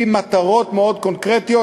עם מטרות מאוד קונקרטיות,